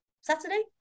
Saturday